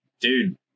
dude